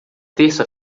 terça